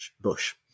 bush